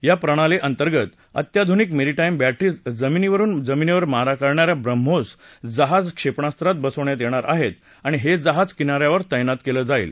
या प्रणाली अंतर्गत अत्याधुनिक मेरीटाईम बॅटरीज जमिनीवरून जमिनीवर मारा करणाऱ्या ब्राह्मोस जहाज क्षेपणास्त्रात बसवण्यात येणार आहेत आणि हे जहाज किनाऱ्यावर तैनात केलं जाईल